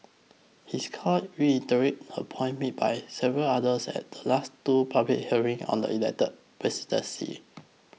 his call reiterates a point made by several others at the last two public hearing on the elected presidency